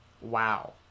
Wow